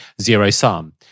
zero-sum